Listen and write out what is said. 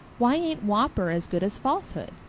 why ain't whopper as good as falsehood?